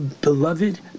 beloved